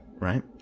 Right